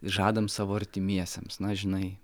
žadam savo artimiesiems na žinai